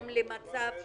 לא מה לא קיבלתם.